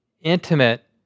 intimate